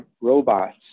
robots